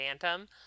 phantom